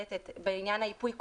בעניין ייפוי הכוח,